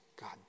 God